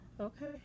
okay